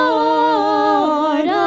Lord